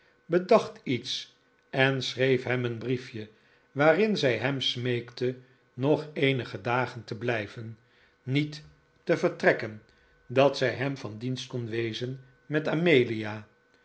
bedacht iets en schreef hem een briefje waarin zij hem smeekte nog eenige dagen te blijven niet te vertrekken dat zij hem van dienst kon wezen met amelia